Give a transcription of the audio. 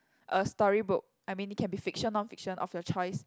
a storybook I mean it can be fiction non fiction of your choice